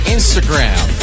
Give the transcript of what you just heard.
Instagram